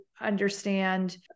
understand